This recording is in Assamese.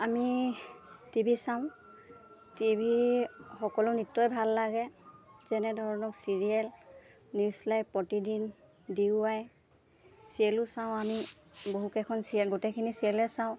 আমি টি ভি চাওঁ টি ভি সকলো নৃত্যই ভাল লাগে যেনেধৰণক চিৰিয়েল নিউজ লাইভ প্ৰতিদিন ডি ৱাই চিৰিয়েলো চাওঁ আমি বহুকেইখন চিৰিয়েল গোটেইখিনি চিৰিয়েলে চাওঁ